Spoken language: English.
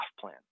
plan